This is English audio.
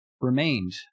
remained